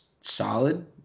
solid